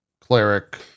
cleric